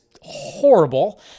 horrible